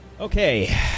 Okay